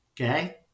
okay